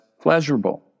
pleasurable